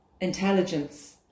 intelligence